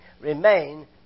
remain